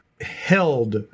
held